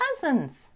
cousins